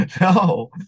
No